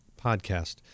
podcast